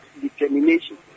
determination